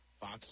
Fox